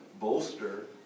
bolster